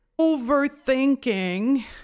overthinking